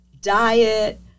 diet